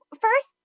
first